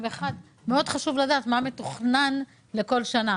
מאוד חשוב לדעת מה מתוכנן לכל שנה.